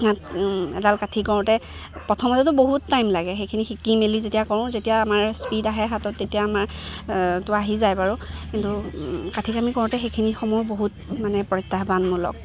হাত এডাল কাঠি কৰোঁতে প্ৰথমতেতো বহুত টাইম লাগে সেইখিনি শিকি মেলি যেতিয়া কৰোঁ যেতিয়া আমাৰ স্পীড আহে হাতত তেতিয়া আমাৰ তো আহি যায় বাৰু কিন্তু কাঠি কামি কামি কৰোঁতে সেইখিনি সময়ো বহুত মানে প্ৰত্যাহ্বানমূলক